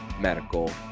Medical